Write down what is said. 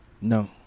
no